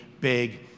big